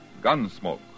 Gunsmoke